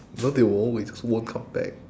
no they won't we just won't come back